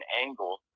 angle